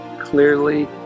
clearly